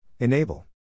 Enable